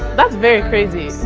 that's very crazy.